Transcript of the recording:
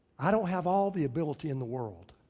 i don't have all the ability in the world.